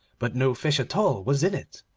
but no fish at all was in it,